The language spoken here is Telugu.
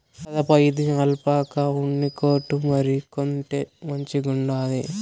కాదప్పా, ఇది ఆల్పాకా ఉన్ని కోటు మరి, కొంటే మంచిగుండాది